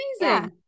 Amazing